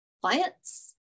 clients